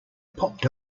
popped